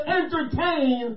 entertain